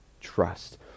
trust